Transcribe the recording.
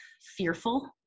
fearful